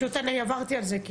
פשוט אני עברתי על זה.